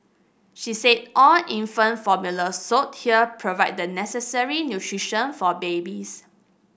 she said all infant formula sold here provide the necessary nutrition for babies